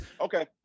Okay